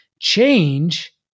Change